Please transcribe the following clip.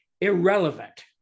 irrelevant